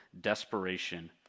desperation